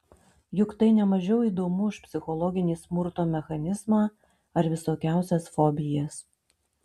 juk tai ne mažiau įdomu už psichologinį smurto mechanizmą ar visokiausias fobijas